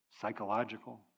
psychological